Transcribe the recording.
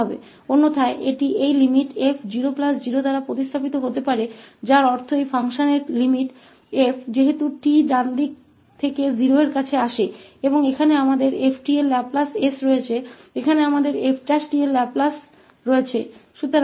अन्यथा इसे इस सीमा 𝑓0 0 से बदला जा सकता है जिसका अर्थ है कि इस फ़ंक्शन की सीमा जैसे ही दाहिने हाथ की ओर से 0 तक पहुंचती है और यहां हमारे पास यह 𝑓𝑡का s लैपलेस है यहां हमारे पास लैपलेस है 𝑓′𝑡 का